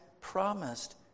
promised